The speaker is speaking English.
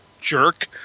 jerk